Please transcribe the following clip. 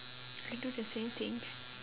I do the same thing